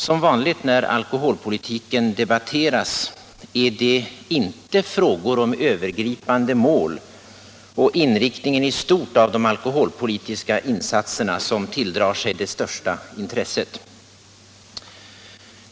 Som vanligt när alkoholpolitiken debatteras är det inte frågor om övergripande mål och inriktningen i stort av de alkoholpolitiska insatserna som tilldrar sig det största intresset.